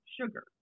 sugar